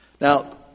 Now